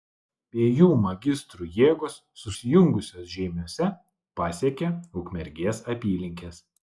abiejų magistrų jėgos susijungusios žeimiuose pasiekė ukmergės apylinkes